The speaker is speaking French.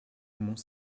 mont